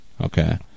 okay